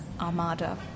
Armada